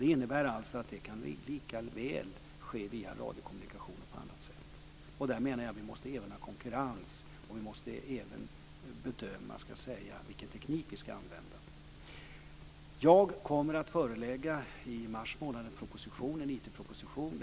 Det innebär alltså att detta likaväl kan ske via radiokommunikation och på annat sätt. Därför menar jag att vi också måste ha konkurrens, och vi måste även bedöma vilken teknik vi ska använda. Jag kommer i mars månad att förelägga riksdagen en IT-proposition.